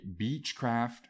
beechcraft